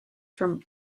from